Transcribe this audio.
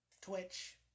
Twitch